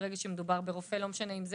--- יכול להיות שצריך להכניס את זה